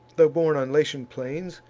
tho' born on latian plains,